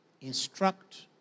instruct